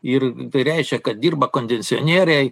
ir tai reiškia kad dirba kondicionieriai